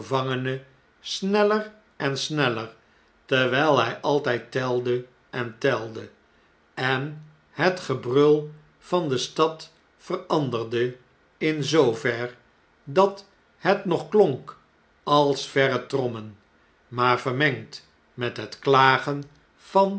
gevangene sneller en sneller terwijl hij altp telde en telde en het gebrul van de stad veranderde in zoover dat het nog klonk als verre trommen maar vermengd met het klagen van